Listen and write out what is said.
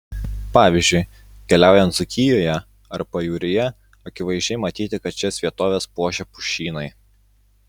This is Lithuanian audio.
pavyzdžiui keliaujant dzūkijoje ar pajūryje akivaizdžiai matyti kad šias vietoves puošia pušynai